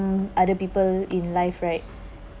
other people in life right